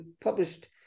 published